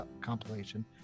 compilation